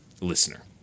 listener